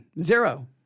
Zero